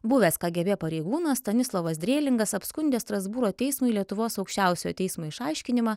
buvęs kgb pareigūnas stanislovas drėlingas apskundė strasbūro teismui lietuvos aukščiausiojo teismo išaiškinimą